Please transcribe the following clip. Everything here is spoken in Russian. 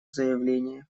заявление